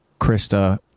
Krista